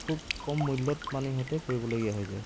খুব কম মূল্য়ত মানে সিহঁতে কৰিবলগীয়া হৈ যায়